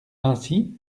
ainsi